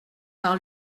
par